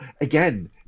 again